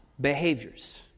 behaviors